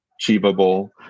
achievable